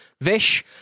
Vish